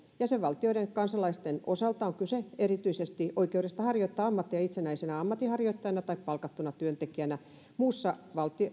jäsenvaltioiden kansalaisten osalta on kyse erityisesti oikeudesta harjoittaa ammattia itsenäisenä ammatinharjoittajana tai palkattuna työntekijänä muussa